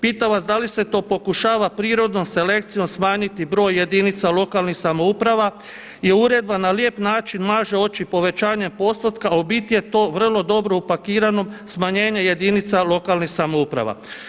Pitam vas da li se to pokušava prirodnom selekcijom smanjiti broj jedinica lokalnih samouprava i uredba na lijep način maže oči povećanjem postotka a u biti je to vrlo dobro upakirano smanjenje jedinica lokalnih samouprava.